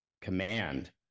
command